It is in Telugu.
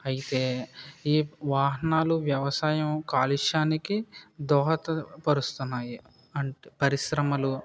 అయితే ఈ వాహనాలు వ్యవసాయం కాలుష్యానికి దోహదపరుస్తున్నాయి అంటే పరిశ్రమలు